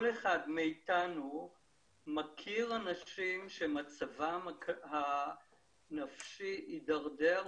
כל אחד מאיתנו מכיר אנשים שמצבם הנפשי הידרדר,